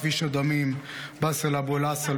כביש הדמים: באסל אבו אל-עסל,